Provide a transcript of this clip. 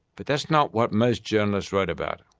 but that's not what most journalists wrote about.